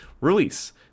release